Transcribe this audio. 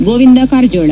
Govinda Karjol